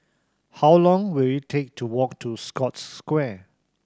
how long will it take to walk to Scotts Square